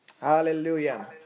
Hallelujah